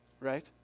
right